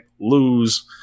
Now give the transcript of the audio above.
lose